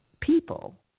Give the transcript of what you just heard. people